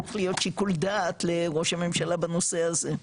צריך להיות שיקול דעת לראש הממשלה בנושא הזה.